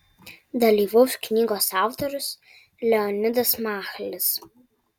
dalyvaus knygos autorius leonidas machlis